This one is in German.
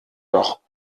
doch